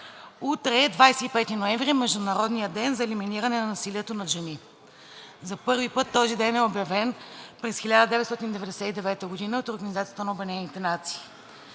Утре е 25 ноември – Международният ден за елиминиране на насилието над жени. За първи път този ден е обявен през 1999 г. от Организацията на обединените нации.